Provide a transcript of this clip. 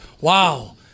wow